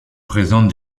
présente